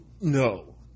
No